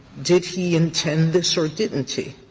did he intend this or didn't he?